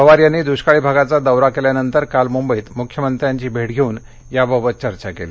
पवार यांनी दुष्काळी भागांचा दौरा केल्यानंतर काल मुंबईत मुख्यमंत्र्यांची भेट घेऊन याबाबत चर्चा केली